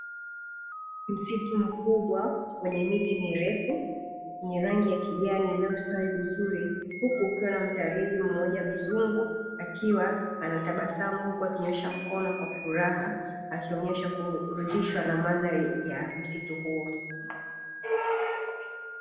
Msitu mkubwa wenye miti mirefu yenye rangi ya kijani inayostawi vizuri, huku kukiwa na mtalii mmoja mzungu akiwa anatabasamu, huku akinyoosha mkono kwa furaha akionyesha kuridhishwa na mandhari ya msitu huo.